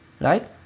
Right